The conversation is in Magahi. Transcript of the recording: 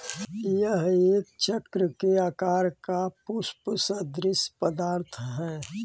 यह एक चक्र के आकार का पुष्प सदृश्य पदार्थ हई